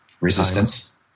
resistance